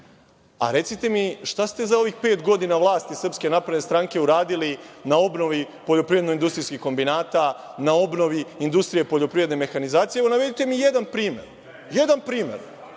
mi, šta ste za ovih pet godina vlasti SNS uradili na obnovi poljoprivredno-industrijskih kombinata, na obnovi industrije poljoprivredne mehanizacije? Evo, navedite mi jedan primer gde ste